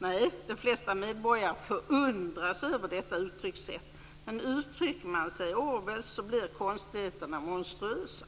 Nej, de flesta medborgare förundras över detta uttryckssätt. Men uttrycker man sig Orwellskt blir konstigheterna monstruösa.